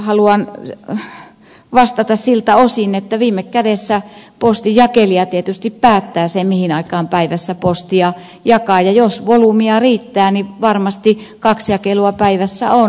salolle haluan vastata siltä osin että viime kädessä postin jakelija tietysti päättää sen mihin aikaan päivästä postia jakaa ja jos volyymia riittää niin varmasti kaksi jakelua päivässä on